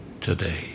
today